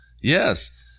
Yes